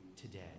today